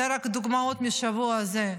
אלה רק דוגמאות מהשבוע הזה.